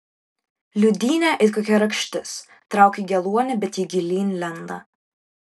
liūdynė it kokia rakštis trauki geluonį bet ji gilyn lenda